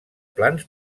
plans